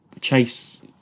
Chase